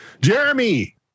Jeremy